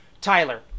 Tyler